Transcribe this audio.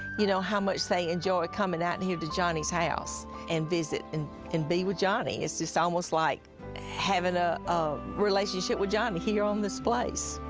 you know, how much they enjoy coming out and here to johnny's house and visit and and be with johnny. it's just almost like having a um relationship with johnny here on this place.